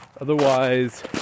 otherwise